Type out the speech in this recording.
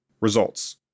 Results